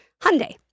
Hyundai